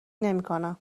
نمیکنم